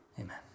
amen